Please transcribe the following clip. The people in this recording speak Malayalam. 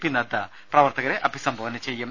പി നദ്ദ പ്രവർത്തകരെ അഭിസംബോധന ചെയ്യും